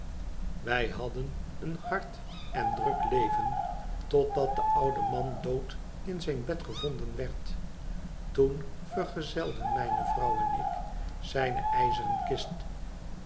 wij hadden er een hard en druk leyen totdat de oude man dood in zijn bed gevonden werd toen verzengelden mijne vrouw en ik zijne ijzeren kist